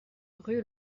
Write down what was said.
rue